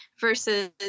versus